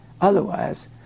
Otherwise